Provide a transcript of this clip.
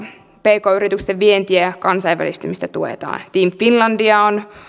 pk yritysten vientiä ja kansainvälistymistä tuetaan team finlandia on